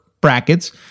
brackets